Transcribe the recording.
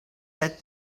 had